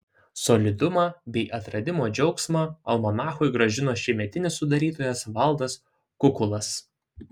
solidumą bei atradimo džiaugsmą almanachui grąžino šiemetinis sudarytojas valdas kukulas